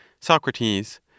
Socrates